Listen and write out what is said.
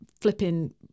flipping